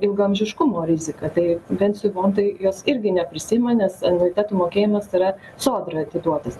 ilgaamžiškumo rizika tai pensijų fondai jos irgi neprisiima nes anuitetų mokėjimas yra sodrai atiduotas